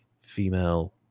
female